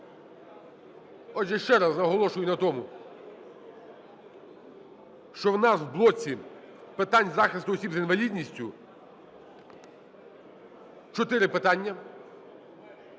Отже, ще раз наголошую на тому, що у нас в блоці питань захисту осіб з інвалідністю чотири питання.